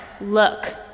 Look